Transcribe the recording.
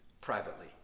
privately